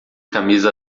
camisa